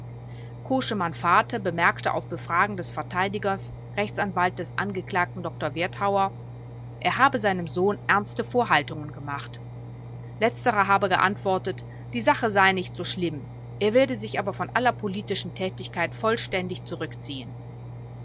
koschemann vater bemerkte auf befragen des verteidigers r a dr werthauer er habe seinem sohn ernste vorhaltungen gemacht letzterer habe geantwortet die sache sei nicht so schlimm er werde sich aber von aller politischen tätigkeit vollständig zurückziehen